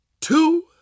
two